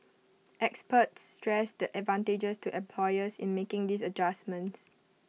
experts stressed the advantages to employers in making these adjustments